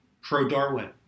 pro-Darwin